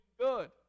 good